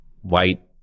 white